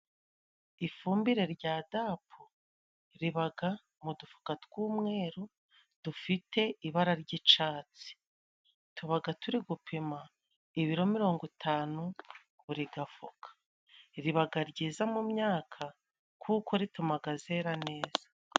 Ifumbire rya Dapu ribaga mu dufuka tw'umweru dufite ibara ry'icatsi, tubaga turi gupima ibiro mirongo itanu buri gafuka, ribaga ryiza mu myaka kuko ritumaga zera neza.